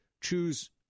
choose